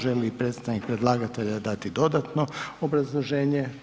Želi li predstavnik predlagatelja dati dodatno obrazloženje?